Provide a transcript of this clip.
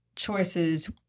choices